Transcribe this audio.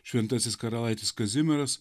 šventasis karalaitis kazimieras